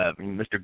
Mr